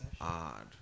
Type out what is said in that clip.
Odd